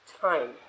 time